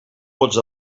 vots